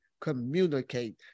communicate